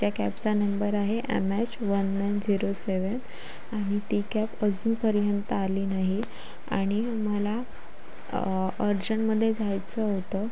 ज्या कॅबचा नंबर आहे M H one nine zero seven आणि ती कॅब अजूनपर्यंत आली नाही आणि मला अर्जंटमध्ये जायचं होतं